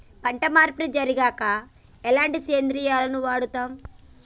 పంట మార్పిడి జరిగాక ఎలాంటి సేంద్రియాలను వాడుతం?